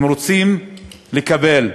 הם רוצים לקבל,